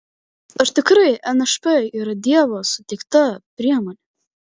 ar tikrai nšp yra dievo suteikta priemonė